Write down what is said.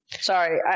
Sorry